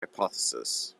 hypothesis